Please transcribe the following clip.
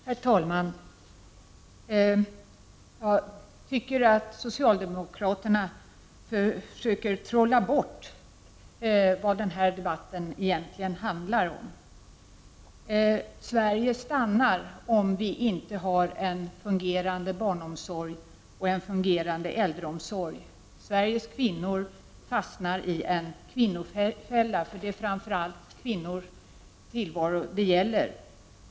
Herr talman! Jag tycker att socialdemokraterna försöker trolla bort vad den här debatten egentligen handlar om. Sverige stannar, om vi inte har en fungerande barnomsorg och en fungerande äldreomsorg. Sveriges kvinnor fastnar i en kvinnofälla, för det är framför allt kvinnors tillvaro det gäller.